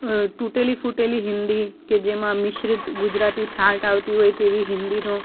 તૂટેલી ફૂટેલી હિન્દી કે જેમાં મિશ્રિત ગુજરાતી છાંટ આવતી હોય તેવી હિન્દીનો